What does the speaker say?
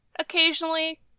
occasionally